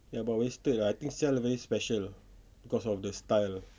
ya but wasted ah I think [sial] very special cause of the style